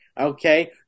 okay